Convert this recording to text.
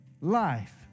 life